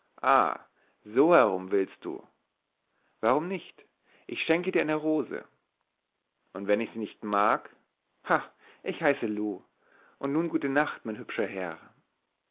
so herum willst du warum nicht ich schenke dir eine rose und wenn ich sie nicht mag ha ich heiße loo und nun gute nacht mein hübscher herr